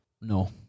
No